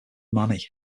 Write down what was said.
mani